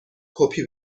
کپی